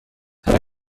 همه